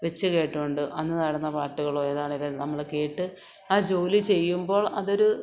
വച്ച് കേട്ടോണ്ട് അന്ന് നടന്ന പാട്ടുകളോ ഏതാണേലും നമ്മള് കേട്ട് ആ ജോലി ചെയ്യുമ്പോൾ അതൊരു